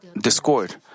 discord